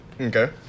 Okay